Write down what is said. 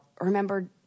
remember